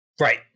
Right